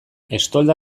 estolda